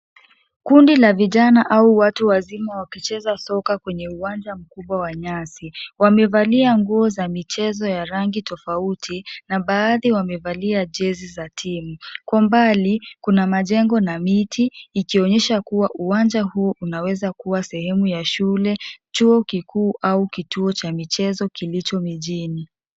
Kundi la vijana au watu wazima wakicheza sokaa kwenye uwanja mkubwa wa nyasi. Wamevalia nguo za michezo ya rangi tofauti na baadhi wamevalia jezi za timu. Kwa mbali kuna majengo na miti ikionyesha kuwa uwanja huu unaweza kuwa sehemu ya shule ,chuo kikuu au kituo cha michezo kilicho mijini.